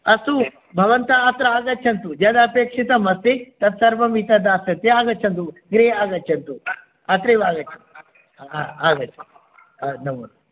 अस्तु भवन्तः अत्र आगच्छन्तु यद् आपेक्षितम् अस्ति तत् सर्वं इतः दास्यते आगच्छन्तु गृहे आगच्छन्तु अत्रैव आगच्छन्तु नमोनमः